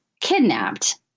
kidnapped